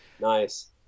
Nice